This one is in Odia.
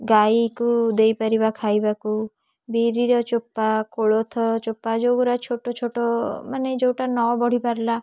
ଗାଈକୁ ଦେଇପାରିବା ଖାଇବାକୁ ବିରିର ଚୋପା କୋଳଥର ଚୋପା ଯୋଉଗୁଡ଼ା ଛୋଟ ଛୋଟ ମାନେ ଯୋଉଟା ନ ବଢ଼ିପାରିଲା